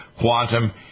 quantum